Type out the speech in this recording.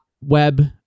web